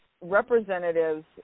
representatives